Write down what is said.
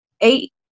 eight